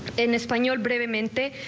in this plan your day monday.